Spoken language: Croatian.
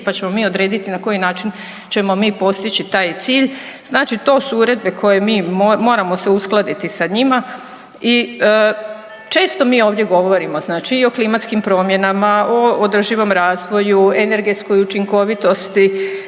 pa ćemo mi odrediti na koji način ćemo mi postići taj cilj. Znači to su uredbe koje mi moramo, moramo se uskladiti sa njima. I često mi ovdje govorimo znači i o klimatskim promjenama, o održivom razvoju, energetskoj učinkovitosti,